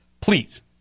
please